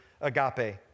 agape